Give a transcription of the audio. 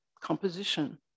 composition